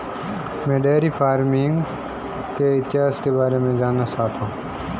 मैं dairy farming के इतिहास के बारे में जानना चाहता हूं